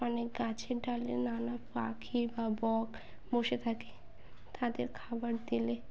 অনেক গাছের ডালে নানা পাখি বা বক বসে থাকে তাদের খাবার দিলে